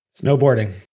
Snowboarding